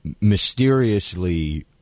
mysteriously